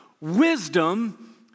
wisdom